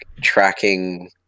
tracking